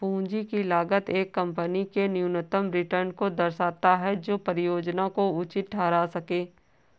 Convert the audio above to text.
पूंजी की लागत एक कंपनी के न्यूनतम रिटर्न को दर्शाता है जो परियोजना को उचित ठहरा सकें